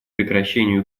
прекращению